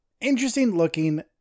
interesting-looking